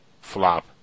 flop